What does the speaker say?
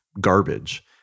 garbage